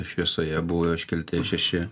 šviesoje buvo iškelti šeši